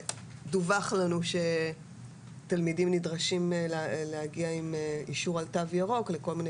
דווח לנו שתלמידים נדרשים להגיע עם אישור על "תו ירוק" לכל מיני